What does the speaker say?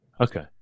Okay